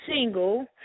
single